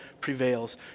prevails